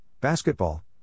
Basketball